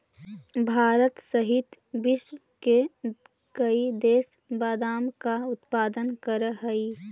भारत सहित विश्व के कई देश बादाम का उत्पादन करअ हई